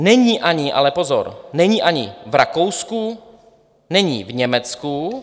Není ani, ale pozor, není ani v Rakousku, není v Německu.